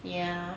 ya